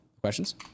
questions